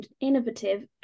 innovative